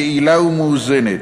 יעילה ומאוזנת.